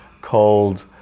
called